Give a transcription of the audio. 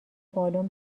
بالن